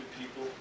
people